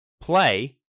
play